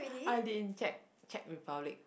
I think Czech Czech Republic